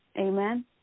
Amen